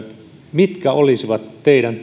mitkä olisivat teidän